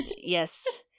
Yes